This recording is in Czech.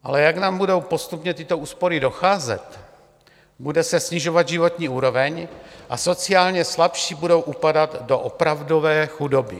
Ale jak nám budou postupně tyto úspory docházet, bude se snižovat životní úroveň a sociálně slabší budou upadat do opravdové chudoby.